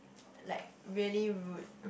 like really rude